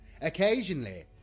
Occasionally